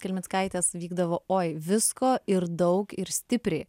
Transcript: kelmickaitės vykdavo oi visko ir daug ir stipriai